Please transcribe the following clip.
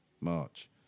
March